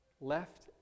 left